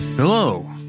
Hello